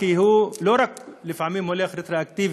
כי הוא לא רק, לפעמים, הולך רטרואקטיבית.